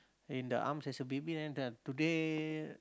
in the arms as a baby then done today